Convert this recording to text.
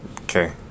Okay